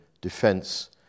defence